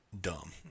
dumb